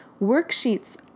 Worksheets